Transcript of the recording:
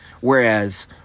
Whereas